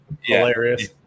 hilarious